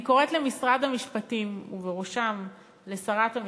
אני קוראת למשרד המשפטים, ולשרת המשפטים,